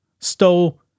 stole